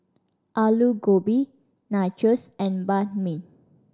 Alu Gobi Nachos and Banh Mi